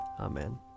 Amen